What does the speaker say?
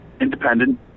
independent